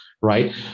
right